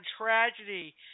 tragedy